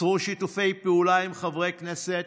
צרו שיתופי פעולה עם חברי כנסת